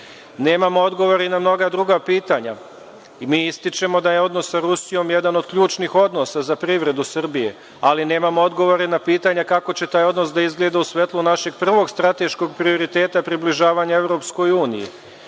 Nemamo odgovore na mnoga druga pitanja. Ističemo da je odnos sa Rusijom jedan od ključnih odnosa za privredu Srbije, ali nemamo odgovore na pitanja kako će taj odnos da izgleda u svetlu našeg prvog strateškog prioriteta približavanja EU. Takođe u